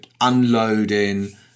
unloading